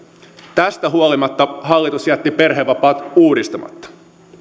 tästä huolimatta hallitus jätti perhevapaat uudistamatta